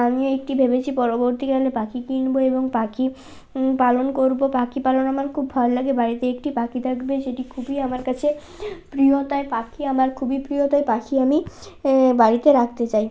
আমি একটি ভেবেছি পরবর্তীকালে পাখি কিনব এবং পাখি পালন করব পাখি পালন আমার খুব ভালো লাগে বাড়িতে একটি পাখি থাকবে সেটি খুব খুবই আমার কাছে প্রিয় তাই পাখি আমার খুবই প্রিয় তাই পাখি আমি বাড়িতে রাখতে চাই